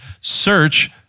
search